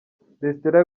restaurant